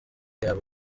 yabo